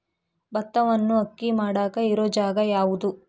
ಭತ್ತವನ್ನು ಅಕ್ಕಿ ಮಾಡಾಕ ಇರು ಜಾಗ ಯಾವುದು?